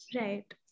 right